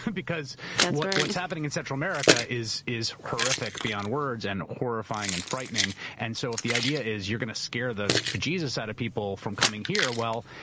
because what's happening in central america is is horrific beyond words and horrifying and frightening. and so if the idea is you're going to scare the bejesus out of people from coming here, well,